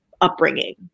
upbringing